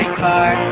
car